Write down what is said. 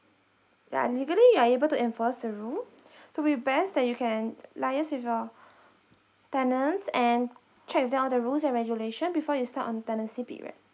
yeah legally you're able to enforce the rule so be best that you can liaise with your tenants and check with them all the rules and regulation before you start on the tenancy period